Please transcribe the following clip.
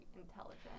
intelligent